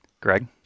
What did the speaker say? Greg